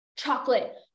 Chocolate